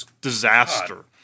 disaster